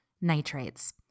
Nitrates